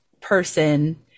person